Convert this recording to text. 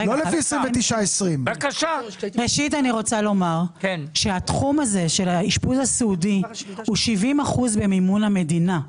29.20. התחום הזה של האשפוז הסיעודי הוא 70% במימון המדינה,